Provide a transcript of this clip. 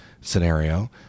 scenario